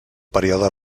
període